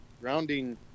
Grounding